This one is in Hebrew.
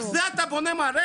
על זה אתה בונה מערכת?